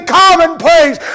commonplace